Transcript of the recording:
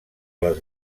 les